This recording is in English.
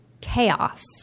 chaos